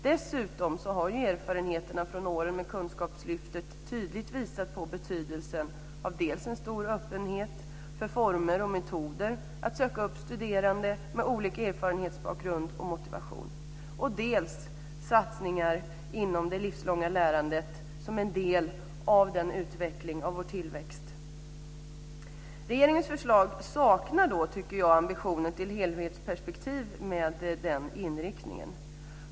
Dessutom har erfarenheterna från åren med Kunskapslyftet tydligt visat på betydelsen av dels en stor öppenhet för former och metoder att söka upp studerande med olika erfarenhetsbakgrund och motivation, dels satsningar inom det livslånga lärandet som en del av utveckling och tillväxt. Regeringens förslag saknar ambitionen till helhetsperspektiv med den inriktningen.